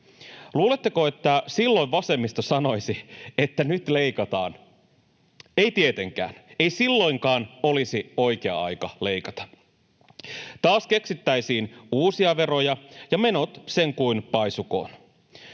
Luuletteko, että silloin vasemmisto sanoisi, että nyt leikataan? Ei tietenkään, ei silloinkaan olisi oikea aika leikata. Taas keksittäisiin uusia veroja, ja menot sen kuin paisukoot.